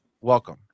welcome